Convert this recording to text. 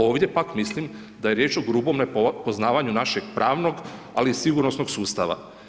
Ovdje pak mislim da je riječ o grubome poznavanju našeg pravnog ali sigurnosnog sustava.